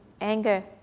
anger